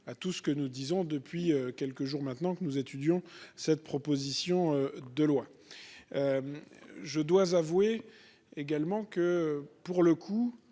à tout ce que nous disons depuis quelques jours maintenant que nous étudions cette proposition de loi. Je dois avouer également que pour le coup,